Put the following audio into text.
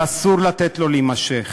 ואסור לתת לו להימשך.